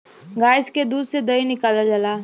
गाय से दूध दही निकालल जाला